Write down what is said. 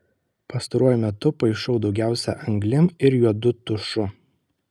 pastaruoju metu paišau daugiausia anglim ir juodu tušu